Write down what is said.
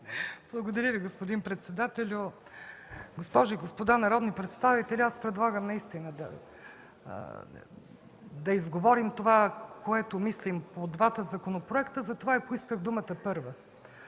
Благодаря, господин председателю. Госпожи и господа народни представители, аз предлагам да изговорим това, което мислим по двата законопроекта. Затова поисках думата първа.